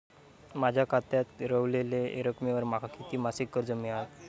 माझ्या खात्यात रव्हलेल्या रकमेवर माका किती मासिक कर्ज मिळात?